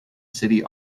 city